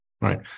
right